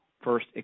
First